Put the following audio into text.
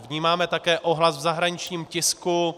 Vnímáme také ohlas v zahraničním tisku.